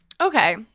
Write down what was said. okay